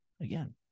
again